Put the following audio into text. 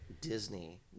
Disney